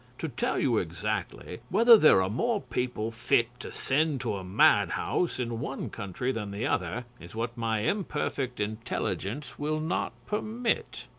to tell you exactly, whether there are more people fit to send to a madhouse in one country than the other, is what my imperfect intelligence will not permit.